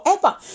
forever